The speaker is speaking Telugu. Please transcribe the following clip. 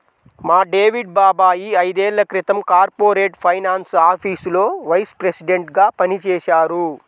మా డేవిడ్ బాబాయ్ ఐదేళ్ళ క్రితం కార్పొరేట్ ఫైనాన్స్ ఆఫీసులో వైస్ ప్రెసిడెంట్గా పనిజేశారు